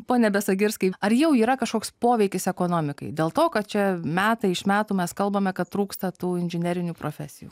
pone besagirskai ar jau yra kažkoks poveikis ekonomikai dėl to kad čia metai iš metų mes kalbame kad trūksta tų inžinerinių profesijų